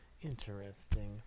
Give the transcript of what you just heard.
Interesting